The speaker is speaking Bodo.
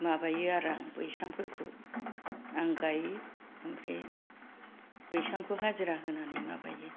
माबायो आरो बैसां फोरखौ आं गाइयो ओमफ्राय बैसांखौ हाजिरा होन्नानै माबायो